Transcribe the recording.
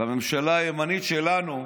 לממשלה הימנית שלנו,